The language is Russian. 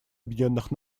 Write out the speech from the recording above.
объединенных